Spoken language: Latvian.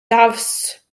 tavs